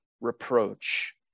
reproach